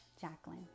Jacqueline